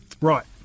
Right